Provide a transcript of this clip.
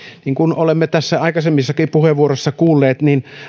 niin kuin olemme tässä aikaisemmissakin puheenvuoroissa kuulleet